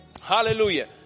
Hallelujah